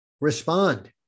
respond